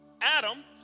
Adam